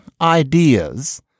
ideas